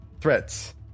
threats